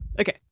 Okay